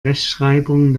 rechtschreibung